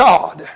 God